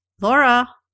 Laura